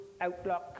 outlook